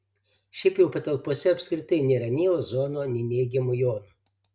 šiaip jau patalpose apskritai nėra nei ozono nei neigiamų jonų